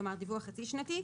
כלומר דיווח חצי שנתי,